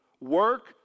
Work